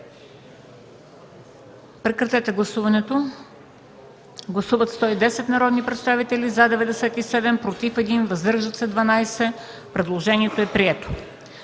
предложение. Гласували 110 народни представители: за 97, против 1, въздържали се 12. Предложението е прието.